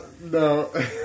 no